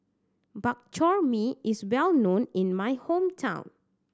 Bak Chor Mee is well known in my hometown